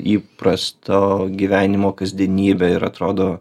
įprasto gyvenimo kasdienybe ir atrodo